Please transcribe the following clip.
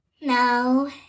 No